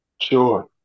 Sure